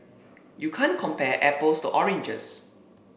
you can't compare apples to oranges